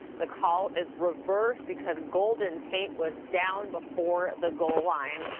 the call is reversed because golden tate was down before the goal line.